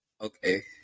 Okay